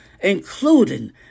including